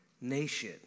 nation